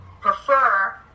prefer